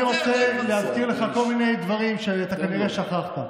אני רוצה להזכיר לך כל מיני דברים שאתה כנראה שכחת.